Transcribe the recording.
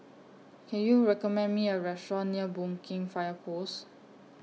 Can YOU recommend Me A Restaurant near Boon Keng Fire Post